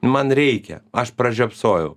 man reikia aš pražiopsojau